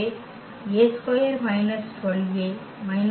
எனவே A2 − 12A − 13